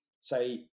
say